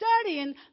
studying